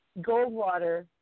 Goldwater